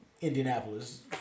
Indianapolis